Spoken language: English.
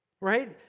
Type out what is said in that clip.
right